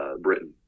britain